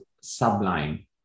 sublime